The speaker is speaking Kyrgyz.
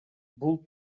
бул